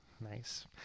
Nice